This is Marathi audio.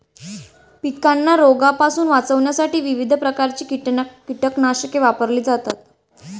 पिकांना रोगांपासून वाचवण्यासाठी विविध प्रकारची कीटकनाशके वापरली जातात